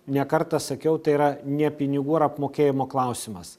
ne kartą sakiau tai yra ne pinigų ar apmokėjimo klausimas